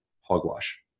hogwash